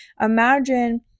Imagine